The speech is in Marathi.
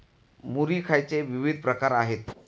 मुरी खायचे विविध प्रकार आहेत